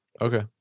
okay